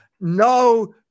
no